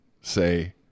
say